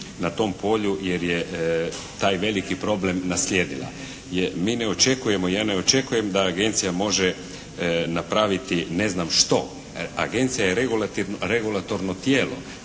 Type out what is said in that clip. na tom polju jer je taj veliki problem naslijedila. Mi ne očekujemo, ja ne očekujem da agencija može napraviti ne znam što. Agencija je regulatorno tijelo